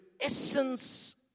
essence